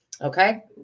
okay